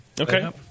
Okay